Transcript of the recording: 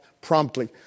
promptly